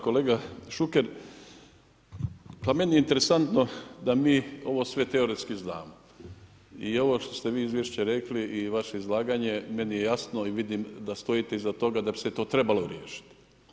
Kolega Šuker, pa meni je interesantno da mi ovo sve teoretski znamo i ovo što ste vi izvješće rekli i vaše izlaganje meni je jasno i vidim da stojite iza toga da bi se to trebalo riješiti.